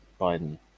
Biden